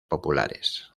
populares